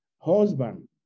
Husband